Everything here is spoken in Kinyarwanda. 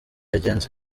yagenze